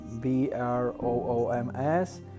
B-R-O-O-M-S